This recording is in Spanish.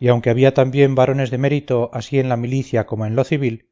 y aunque había también varones de mérito así en la milicia como en lo civil